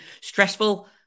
stressful